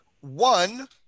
one